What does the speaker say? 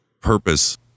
purpose